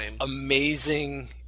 amazing